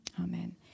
amen